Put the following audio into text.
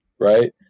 right